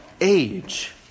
age